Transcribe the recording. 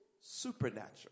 supernatural